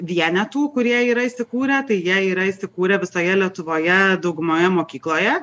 vienetų kurie yra įsikūrę tai jie yra įsikūrę visoje lietuvoje daugumoje mokykloje